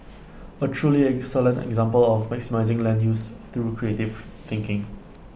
A truly excellent example of maximising land use through creative thinking